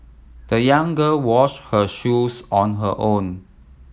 the young girl washed her shoes on her own